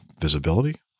visibility